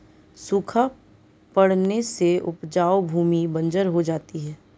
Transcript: सूखा पड़ने से उपजाऊ भूमि बंजर हो जाती है